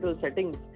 settings